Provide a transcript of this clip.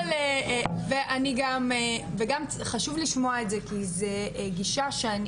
גם חשוב לשמוע את זה כי זו גישה שאני